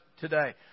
today